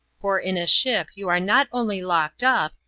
for in a ship you are not only locked up,